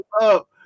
up